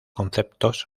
conceptos